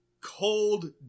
cold